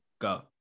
go